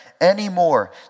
Anymore